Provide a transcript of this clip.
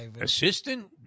Assistant